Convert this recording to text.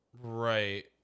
Right